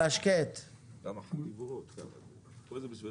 חברה שמעסיקה 650 עובדים,